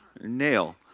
nail